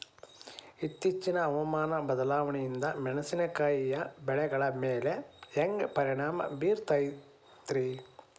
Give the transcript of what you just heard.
ಇತ್ತೇಚಿನ ಹವಾಮಾನ ಬದಲಾವಣೆಯಿಂದ ಮೆಣಸಿನಕಾಯಿಯ ಬೆಳೆಗಳ ಮ್ಯಾಲೆ ಹ್ಯಾಂಗ ಪರಿಣಾಮ ಬೇರುತ್ತೈತರೇ?